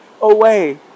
away